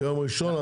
ביום ראשון.